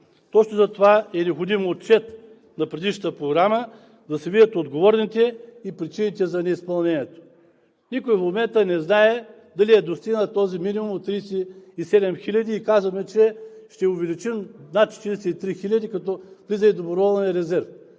Точно затова е необходим отчет на предишната програма, да се видят отговорните и причините за неизпълнението. Никой в момента не знае дали е достигнат този минимум от 37 хиляди и казваме, че ще увеличим над 43 хиляди, като влиза и доброволният резерв.